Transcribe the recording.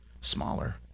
smaller